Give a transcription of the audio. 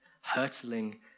hurtling